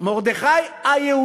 זה נורא חשוב לי.